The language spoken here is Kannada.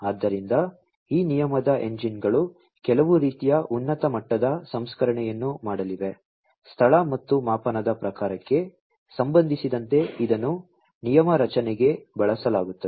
ಆದ್ದರಿಂದ ಈ ನಿಯಮದ ಎಂಜಿನ್ಗಳು ಕೆಲವು ರೀತಿಯ ಉನ್ನತ ಮಟ್ಟದ ಸಂಸ್ಕರಣೆಯನ್ನು ಮಾಡಲಿವೆ ಸ್ಥಳ ಮತ್ತು ಮಾಪನದ ಪ್ರಕಾರಕ್ಕೆ ಸಂಬಂಧಿಸಿದಂತೆ ಇದನ್ನು ನಿಯಮ ರಚನೆಗೆ ಬಳಸಲಾಗುತ್ತದೆ